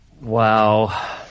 Wow